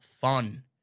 fun